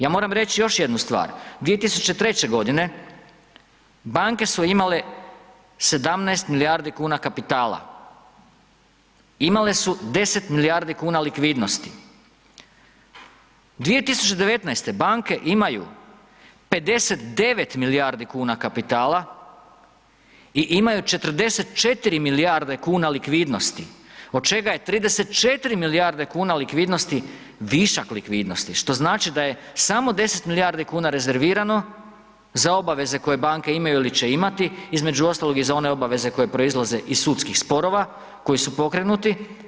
Ja moram reći još jednu stvar 2003. godine banke su imale 17 milijardi kuna kapitala, imale su 10 milijardi kuna likvidnosti, 2019. banke imaju 59 milijardi kuna kapitala i imaju 44 milijarde kuna likvidnosti od čega je 34 milijarde kuna likvidnosti višak likvidnosti što znači da je samo 10 milijardi kuna rezervirano za obaveze koje banke imaju ili će imati između ostalog i za one obaveze koje proizlaze iz sudskih sporova koji su pokrenuti.